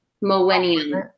Millennium